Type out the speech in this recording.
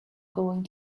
going